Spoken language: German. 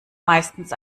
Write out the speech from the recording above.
meistens